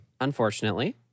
Unfortunately